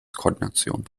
koordination